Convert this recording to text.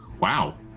Wow